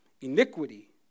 Iniquity